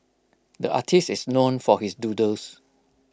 the artist is known for his doodles